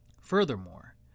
Furthermore